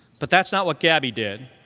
but that's not what gabby did.